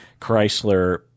Chrysler